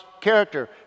character